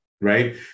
right